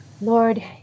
Lord